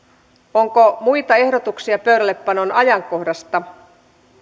onko muita ehdotuksia pöydällepanon ajankohdasta